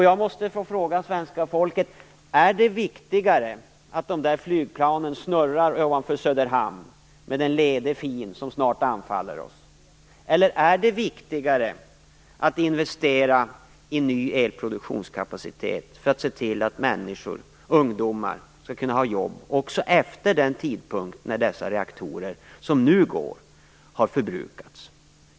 Jag måste fråga svenska folket: Är det viktigare att de där flygplanen snurrar ovanför Söderhamn med "lede fi" som snart anfaller oss? Eller är det viktigare att vi investerar i ny elproduktionskapacitet för att se till att människor, ungdomar, skall kunna ha jobb också efter den tidpunkt när dessa reaktorer som nu går har förbrukats?